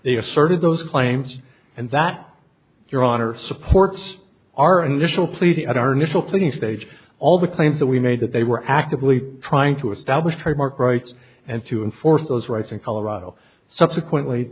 they asserted those claims and that your honor supports our initial pleading at our national to the stage all the claims that we made that they were actively trying to establish trademark rights and to enforce those rights in colorado subsequently